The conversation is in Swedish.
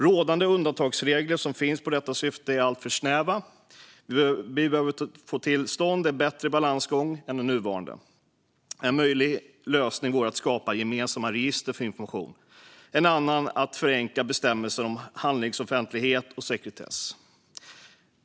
Rådande undantagsregler som finns för detta syfte är alltför snäva, och vi behöver få till stånd en bättre balansgång än den nuvarande. En möjlig lösning vore att skapa gemensamma register för information, och en annan är att förenkla bestämmelserna om handlingsoffentlighet och sekretess.